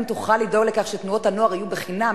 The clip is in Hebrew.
אם תוכל לדאוג לכך שתנועות הנוער יהיו חינם,